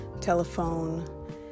telephone